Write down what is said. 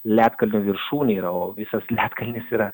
ledkalnio viršūnė yra o visas ledkalnis yra